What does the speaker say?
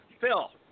Phil